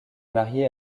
marié